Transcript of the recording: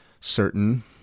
certain